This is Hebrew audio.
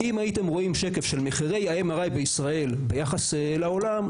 אם הייתם רואים שקף של מחירי MRI בישראל ביחס לעולם,